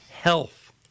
health